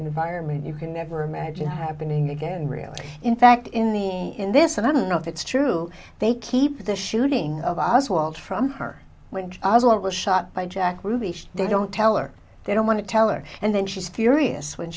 environment you can never imagine happening again really in fact in the in this and i don't know if it's true they keep the shooting of oswald from her which was what was shot by jack ruby they don't tell or they don't want to tell her and then she's furious when